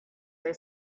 they